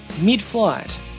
mid-flight